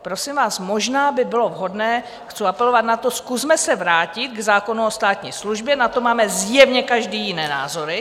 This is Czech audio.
Prosím vás, možná by bylo vhodné chci apelovat na to zkusme se vrátit k zákonu o státní službě, na to máme zjevně každý jiné názory...